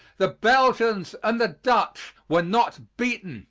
the belgians and the dutch were not beaten